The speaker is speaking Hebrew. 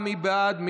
מי בעד?